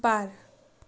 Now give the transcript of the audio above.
बार